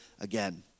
again